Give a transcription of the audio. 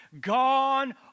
Gone